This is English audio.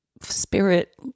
spirit